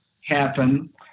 happen